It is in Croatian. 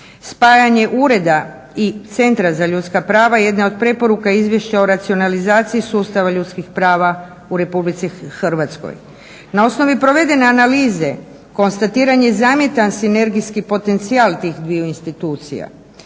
Spajanje ureda i Centra za ljudska prava jedna je od preporuka Izvješća o racionalizaciji sustava ljudskih prava u Republici Hrvatskoj. Na osnovi provedene analize konstatiran je zamjetan sinergijski potencijal tih dviju institucija.